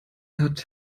hat